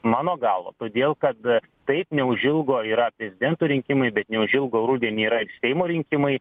mano galva todėl kad taip neužilgo yra prezidento rinkimai bet neužilgo rudenį yra ir seimo rinkimai